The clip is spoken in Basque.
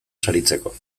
saritzeko